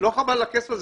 לא חבל על הכסף הזה?